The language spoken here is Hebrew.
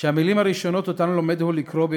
שהמילים הראשונות בעברית